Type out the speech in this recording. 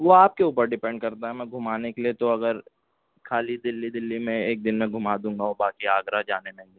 وہ آپ کے اوپر ڈیپینڈ کرتا ہے میں گھمانے کے لیے تو اگر خالی دلی دلی میں ایک دن میں گھما دوں گا باقی آگرہ جانے نہیں